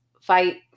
fight